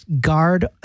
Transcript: Guard